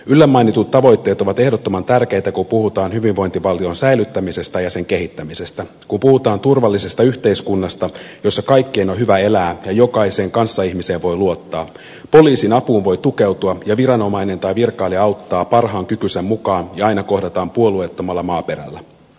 yllä mainitut tavoitteet ovat ehdottoman tärkeitä kun puhutaan hyvinvointivaltion säilyttämisestä ja sen kehittämisestä kun puhutaan turvallisesta yhteiskunnasta jossa kaikkien on hyvä elää ja jokaiseen kanssaihmiseen voi luottaa poliisin apuun voi tukeutua ja viranomainen tai virkailija auttaa parhaan kykynsä mukaan ja aina kohdataan puolueettomalla maaperällä